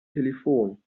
telefon